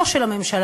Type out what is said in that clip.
לא של הממשלה,